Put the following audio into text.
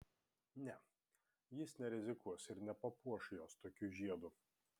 ne jis nerizikuos ir nepapuoš jos tokiu žiedu